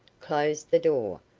closed the door,